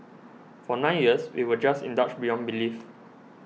for nine years we were just indulged beyond belief